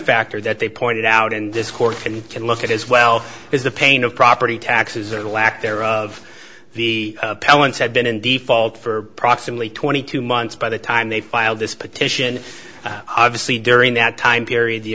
factor that they pointed out and this court can can look at as well is the pain of property taxes or the lack thereof the pellets have been in default for approximately twenty two months by the time they filed this petition obviously during that time period the